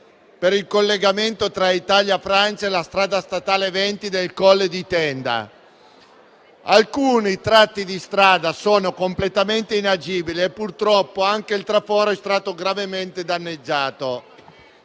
per il collegamento tra Italia e Francia: la strada statale 20 del Colle di Tenda. Alcuni tratti di strada sono completamente inagibili e, purtroppo, anche il traforo è stato gravemente danneggiato.